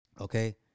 Okay